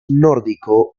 nórdico